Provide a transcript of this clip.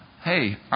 Hey